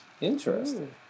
Interesting